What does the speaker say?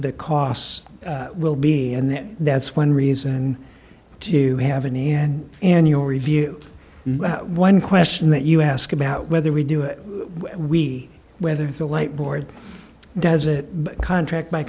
the costs will be and that's one reason to have an e and annual review the one question that you ask about whether we do it we whether the light board does it contract